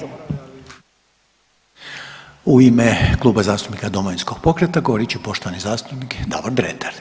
U ime Kluba zastupnika Domovinskog pokreta govorit će poštovani zastupnik Davor Dretar.